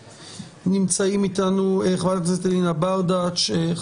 נמצאים אתנו חברת הכנסת אלינה ברדץ' יאלוב,